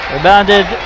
Rebounded